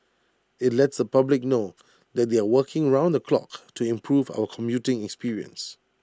IT lets the public know that they are working round the clock to improve our commuting experience